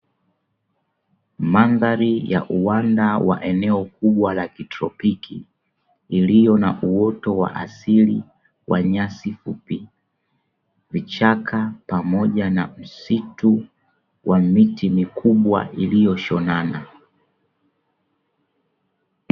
Mandhari ya uwanda wa eneo kubwa la kitropiki, iliyo na uoto wa asili kwa nyasi fupi, vichaka pamoja na msitu wa miti mikubwa iliyoshonana.